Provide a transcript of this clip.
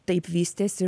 taip vystėsi